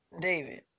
David